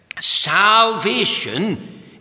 Salvation